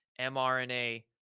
mRNA